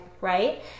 Right